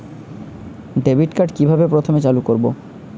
Debit card কিভাবে প্রথমে চালু করব?